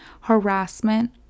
harassment